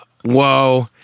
whoa